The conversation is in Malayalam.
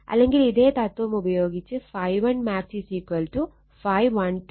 അല്ലെങ്കിൽ ഇതേ തത്വം ഉപയോഗിച്ച് ∅1max ∅12max K എന്നാണ്